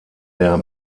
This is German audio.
der